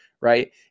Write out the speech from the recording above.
right